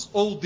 ou